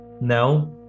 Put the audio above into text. now